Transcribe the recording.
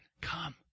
Come